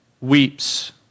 weeps